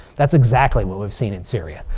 that's exactly what we've seen in syria.